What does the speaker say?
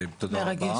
תודה רבה.